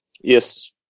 yes